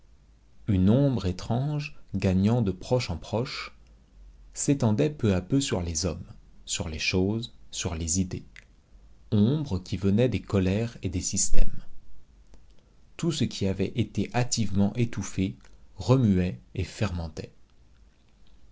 une ombre étrange gagnant de proche en proche s'étendait peu à peu sur les hommes sur les choses sur les idées ombre qui venait des colères et des systèmes tout ce qui avait été hâtivement étouffé remuait et fermentait